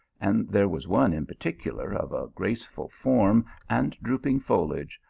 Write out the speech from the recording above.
and there was one in particular, of a graceful form and drooping foliage,